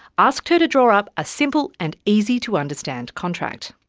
asked her to draw up a simple and easy to understand contract.